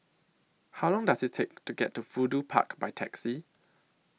How Long Does IT Take to get to Fudu Park By Taxi